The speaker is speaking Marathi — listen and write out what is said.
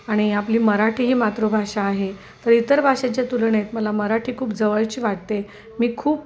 आणि आपली मराठी ही मातृभाषा आहे तर इतर भाषेच्या तुलनेत मला मराठी खूप जवळची वाटते मी खूप